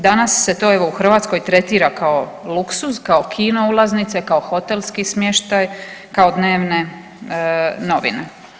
Danas se to evo u Hrvatskoj tretira kao luksuz, kao kino ulaznice, kao hotelski smještaj, kao dnevne novine.